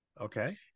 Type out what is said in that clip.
Okay